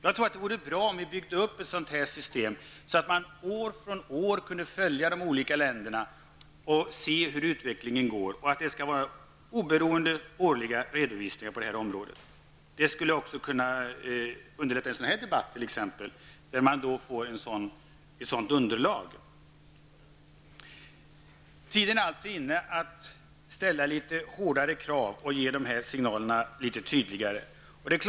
Jag tror att det vore bra om vi byggde upp ett sådant system så att man år efter år kan följa de olika ländernas utveckling. Det skall vara oberoende årliga redovisningar. Det skulle också kunna underlätta en sådan här debatt om man får ett bra underlag. Tiden är inne att ställa högre krav och att ge tydligare signaler.